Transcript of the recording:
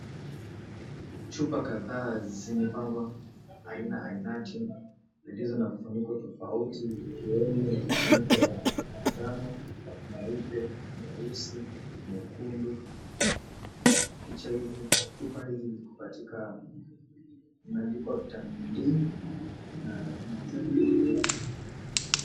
Chupa kadhaa zimepangwa aina ainati zilizo na vifuniko tofauti vikiwemo vifuniko ya manjano, nyeupe, nyeusi, nyekundu. Chupa hizi ziko katika zimeandikwa Vitamin D.